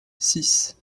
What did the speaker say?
six